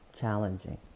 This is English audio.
challenging